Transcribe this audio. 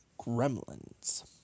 Gremlins